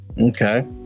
okay